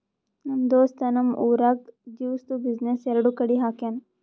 ನಮ್ ದೋಸ್ತ್ ನಮ್ ಊರಾಗ್ ಜ್ಯೂಸ್ದು ಬಿಸಿನ್ನೆಸ್ ಎರಡು ಕಡಿ ಹಾಕ್ಯಾನ್